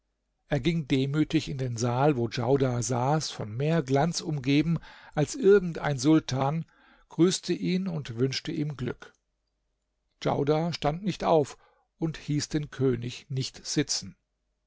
er ging demütig in den saal wo djaudar saß von mehr glanz umgeben als irgend ein sultan grüßte ihn und wünschte ihm glück djaudar stand nicht auf und hieß den könig nicht sitzen